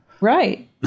Right